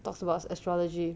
talks about astrology